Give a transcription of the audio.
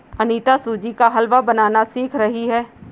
अनीता सूजी का हलवा बनाना सीख रही है